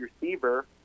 receiver